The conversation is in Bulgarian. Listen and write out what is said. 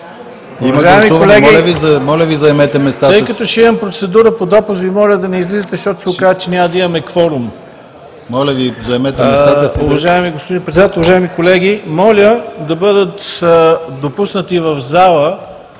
моля Ви, заемете местата си.